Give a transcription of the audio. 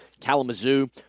Kalamazoo